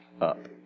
up